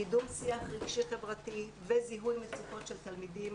קידום שיח רגשי חברתי וזיהוי מצוקות של תלמידים